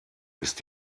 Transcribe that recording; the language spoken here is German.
ist